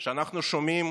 שאנחנו שומעים